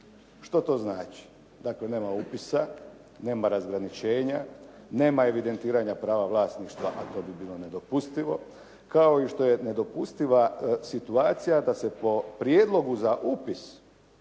Što to znači? Dakle, nema upisa, nema razgraničenja, nema evidentiranja prava vlasništva, a to bi bilo nedopustivo, kao i što je nedopustiva situacija da se po prijedlogu za upis,